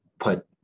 put